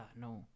no